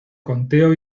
conteo